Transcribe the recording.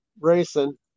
racing